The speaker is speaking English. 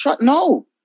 No